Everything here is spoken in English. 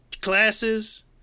classes